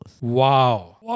Wow